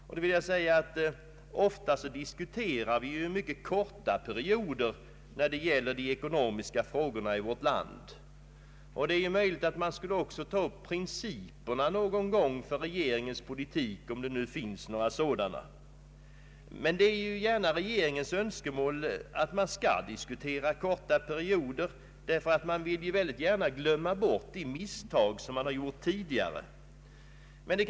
Jag vill framhålla att vi ofta diskuterar mycket korta perioder när det gäller ekonomiska frågor, men man borde väl också någon gång ta upp principerna för regeringens ekonomiska politik, om det finns några sådana. Det är emellertid regeringens önskan att man bara skall diskutera korta perioder för att man därigenom skall kunna glömma bort de misstag som tidigare begåtts.